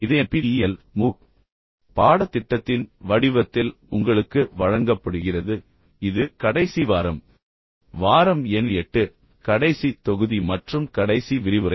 இது NPTEL MOOC பாடத்திட்டத்தின் வடிவத்தில் உங்களுக்கு வழங்கப்படுகிறது இது கடைசி வாரம் வாரம் எண் 8 கடைசி தொகுதி மற்றும் கடைசி விரிவுரை